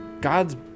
God's